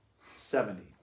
Seventy